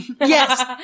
Yes